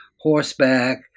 horseback